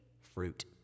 fruit